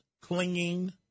clinging